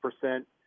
percent